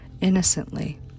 innocently